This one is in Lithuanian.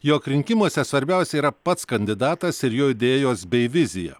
jog rinkimuose svarbiausia yra pats kandidatas ir jo idėjos bei vizija